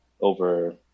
over